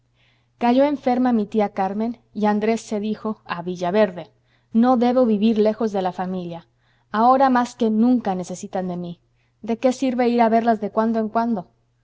cayó enferma mi tía carmen y andrés se dijo a villaverde no debo vivir lejos de la familia ahora más que nunca necesitan de mí de qué sirve ir a verlas de cuando en cuando